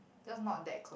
just not that close